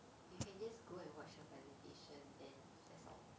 you can just go and watch the presentation then that's all